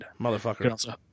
Motherfucker